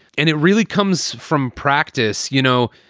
and it really comes from practice, you know,